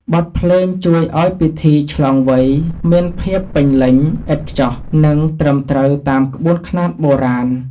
បទភ្លេងជួយឱ្យពិធីឆ្លងវ័យមានភាពពេញលេញ ឥតខ្ចោះ និងត្រឹមត្រូវតាមក្បួនខ្នាតបុរាណ។